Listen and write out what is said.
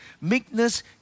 meekness